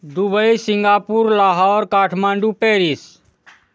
Dubai Singapore Lahore Kathmandu Paris